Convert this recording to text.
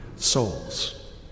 Souls